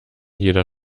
jeder